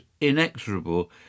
inexorable